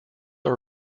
are